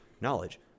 knowledge